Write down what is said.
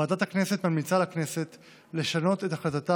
ועדת הכנסת ממליצה לכנסת לשנות את החלטתה